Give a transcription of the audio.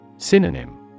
Synonym